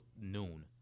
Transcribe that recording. noon